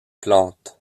plantent